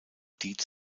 dietz